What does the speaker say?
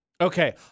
Okay